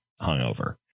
hungover